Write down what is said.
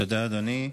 תודה, אדוני.